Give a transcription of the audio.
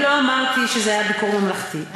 אני לא אמרתי שזה היה ביקור ממלכתי.